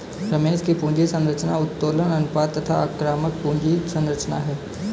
रमेश की पूंजी संरचना उत्तोलन अनुपात तथा आक्रामक पूंजी संरचना है